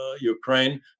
Ukraine